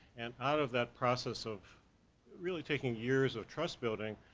and out of that process of really taking years of trust building,